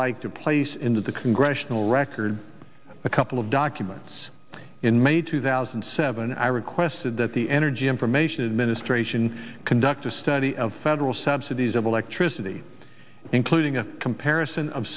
like to place into the congressional record a couple of documents in may two thousand and seven i requested that the energy information administration conduct a study of federal subsidies of electricity including a comparison of